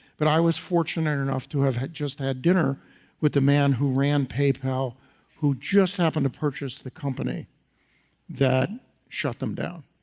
but i was fortunate enough to have had just had dinner with the man who ran paypal who just happened to purchase the company that shut them down.